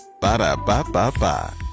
Ba-da-ba-ba-ba